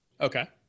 okay